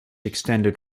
extended